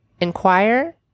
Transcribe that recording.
inquire